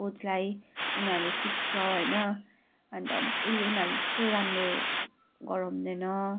कोचलाई उनीहरू सिक्छ होइन अन्त उयो उनीहरूले त्यस्तो राम्रो गराउँदैन